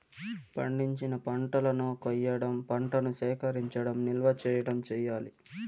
పండించిన పంటలను కొయ్యడం, పంటను సేకరించడం, నిల్వ చేయడం చెయ్యాలి